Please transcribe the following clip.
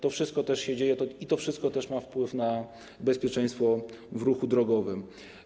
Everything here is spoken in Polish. To wszystko się dzieje i to wszystko ma wpływ na bezpieczeństwo w ruchu drogowym.